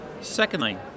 Secondly